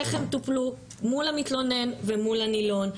איך הן טופלו מול המתלונן ומול הנילון,